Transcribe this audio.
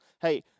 hey